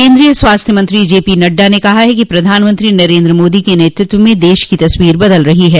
केन्द्रीय स्वास्थ्य मंत्री जेपी नड्डा ने कहा है कि प्रधानमंत्री नरेन्द्र मोदी के नेतृत्व में देश की तस्वीर बदल रही है